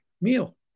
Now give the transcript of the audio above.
meal